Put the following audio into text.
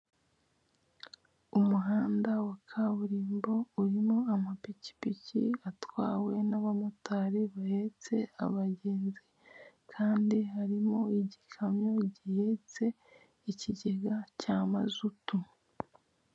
Umuhanda wa kaburimbo urimo amapikipiki atwawe n'abamotari bahetse abagenzi, kandi harimo igikamyo gihetse ikigega cya mazutu.